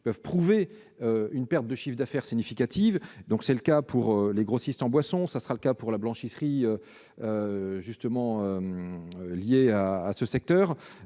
peuvent prouver une perte de chiffre d'affaires significative. C'est le cas pour les grossistes en boissons ; ce sera le cas pour la blanchisserie qui est liée à ce secteur